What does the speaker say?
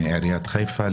לעיריית חיפה,